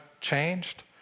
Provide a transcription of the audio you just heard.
changed